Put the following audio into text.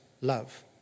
love